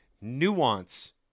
nuance